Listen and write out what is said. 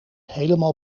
helemaal